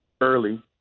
early